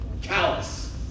callous